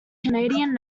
canadian